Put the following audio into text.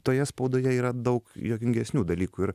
toje spaudoje yra daug juokingesnių dalykų ir